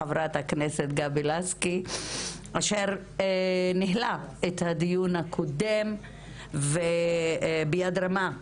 חברת הכנסת גבי לסקי אשר ניהלה את הדיון הקודם וביד רמה,